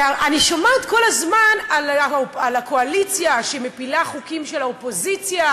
ואני שומעת כל הזמן על הקואליציה שהיא מפילה חוקים של האופוזיציה,